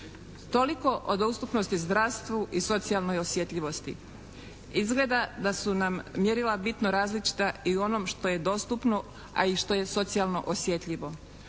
Toliko o dostupnosti zdravstvu i socijalnoj osjetljivosti. Izgleda da su nam mjerila bitno različita i u onom što je dostupno, a i što je socijalno osjetljivo.